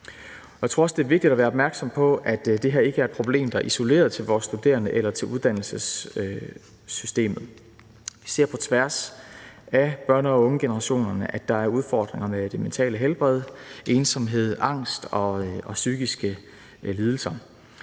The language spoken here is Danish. Jeg tror også, det er vigtigt at være opmærksom på, at det her ikke er et problem, der gælder isoleret for vores studerende eller uddannelsessystemet. Vi ser på tværs af børn og unge-generationerne, at der er udfordringer med det mentale helbred, ensomhed, angst og psykiske lidelser.